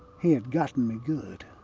he had gotten me good